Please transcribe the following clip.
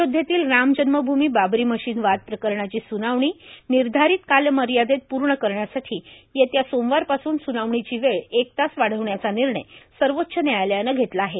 अयोध्येतल्या राम जन्मभूमी बाबरी मशीद वाद प्रकरणाची सुनावणी निर्धारित कालमर्यादेत पूर्ण करण्यासाठी येत्या सोमवारपासून सूनावणीची वेळ एक तास वाढवण्याचा निर्णय सर्वोच्च न्यायालयानं घेतला आहे